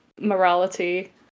morality